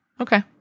Okay